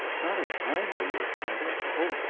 not if i know your father! oh,